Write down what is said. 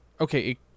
okay